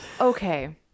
Okay